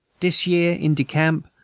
dis year in de camp,